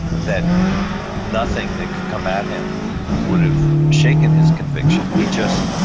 that nothing that could come at him would have shaken his conviction. he just,